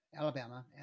Alabama